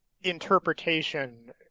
interpretation –